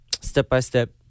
step-by-step